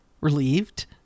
Relieved